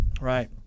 Right